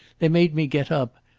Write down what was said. they made me get up.